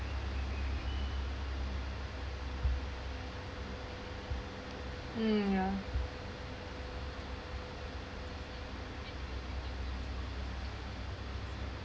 mm yeah